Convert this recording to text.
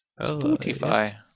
Spotify